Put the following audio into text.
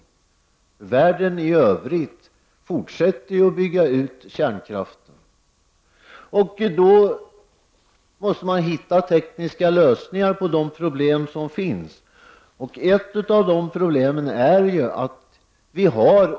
I världen i övrigt fortsätter man ju att bygga ut kärnkraften, och då måste man hitta tekniska lösningar på de problem som finns.